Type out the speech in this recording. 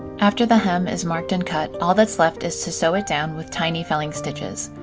after the hem is marked and cut, all that's left is to sew it down with tiny felling stitches.